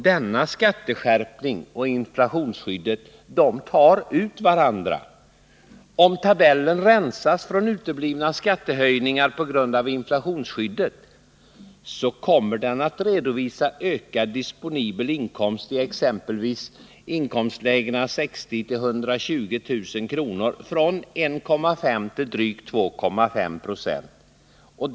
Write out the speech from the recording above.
Denna skatteskärpning och inflationsskyddet tar ut varandra. Om tabellen rensas från uteblivna skattehöjningar på grund av inflationsskyddet, kommer den att redovisa en ökad disponibel inkomst för exempelvis inkomstlägena 60 000-120 000 kr. från 1,5 26 till drygt 2,5 90.